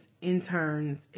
interns